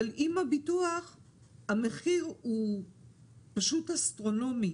אבל עם הביטוח המחיר הוא פשוט אסטרונומי